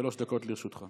שלוש דקות לרשותך.